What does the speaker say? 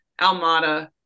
Almada